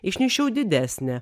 išnešiau didesnę